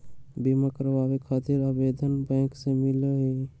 बिमा कराबे खातीर आवेदन बैंक से मिलेलु?